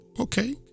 Okay